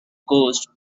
coast